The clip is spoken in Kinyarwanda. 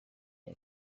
iya